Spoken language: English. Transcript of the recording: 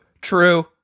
true